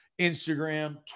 Instagram